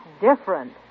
different